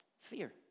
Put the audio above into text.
Fear